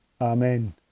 Amen